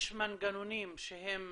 יש מנגנונים שהם